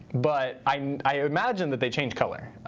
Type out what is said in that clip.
but i imagine that they change color.